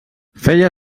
feia